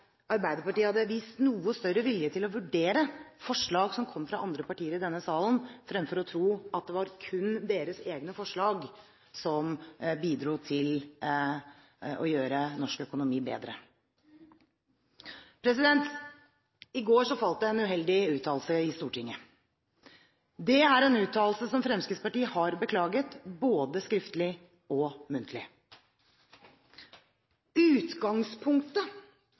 Arbeiderpartiet hadde vist noe større vilje til å vurdere forslag som kommer fra andre partier i denne salen, fremfor å tro at det kun er deres egne forslag som bidrar til å gjøre norsk økonomi bedre. I går falt det en uheldig uttalelse i Stortinget. Det er en uttalelse som Fremskrittspartiet har beklaget, både skriftlig og muntlig. Utgangspunktet